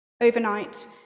Overnight